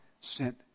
sent